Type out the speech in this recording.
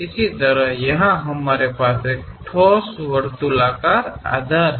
इसी तरह यहां हमारे पास एक ठोस वर्तुलाकार आधार है